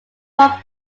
profile